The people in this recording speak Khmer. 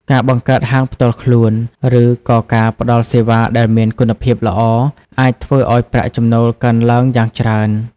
ការបង្កើតហាងផ្ទាល់ខ្លួន ឬក៏ការផ្តល់សេវាដែលមានគុណភាពល្អអាចធ្វើឲ្យប្រាក់ចំណូលកើនឡើងយ៉ាងច្រើន។